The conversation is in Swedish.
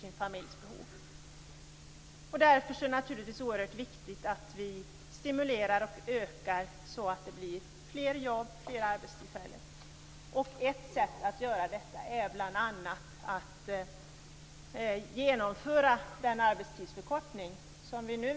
Det är naturligtvis oerhört viktigt att vi stimulerar till fler jobb och fler arbetstillfällen. Ett sätt att göra detta är bl.a. att genomföra en arbetstidsförkortning.